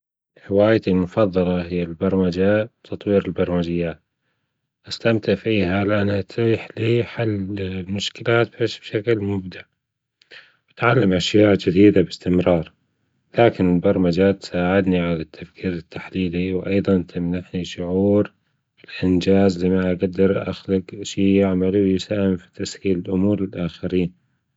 هوايتي المفضلة هي البرمجة وتطوير البرمجيات أستمتع فيها لأنها تتيح لي حل المشكلات بس بشكل ممتع أتعلم أشياء جديدة بأستمرار لكن البرمجة تساعدني على التفكير التحليلي وأيضًا تمنحني شعور بالأنجاز لأني أجدر أخلق أشي يفيد الأنسان يعمل- يساهم في تسهيل الأمور للأخرين.